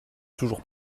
toujours